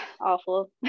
Awful